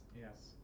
Yes